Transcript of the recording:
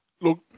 Look